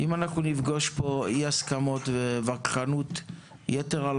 אם נפגוש פה אי הסכמות ווכחנות יתר על